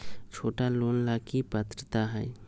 छोटा लोन ला की पात्रता है?